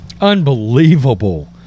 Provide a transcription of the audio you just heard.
Unbelievable